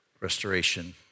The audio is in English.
restoration